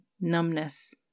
numbness